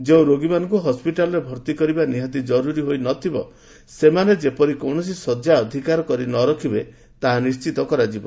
ଯେଉଁ ରୋଗୀମାନଙ୍କୁ ହସ୍କିଟାଲ୍ରେ ଭର୍ତ୍ତି କରିବା ନିହାତି ଜରୁରୀ ହୋଇ ନ ଥିବ ସେମାନେ ଯେପରି କୌଣସି ଶଯ୍ୟା ଅଧିକାର କରି ନ ରଖିବେ ତାହା ନିଶ୍ଚିତ କରାଯିବ